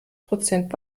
prozent